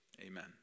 amen